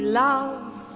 love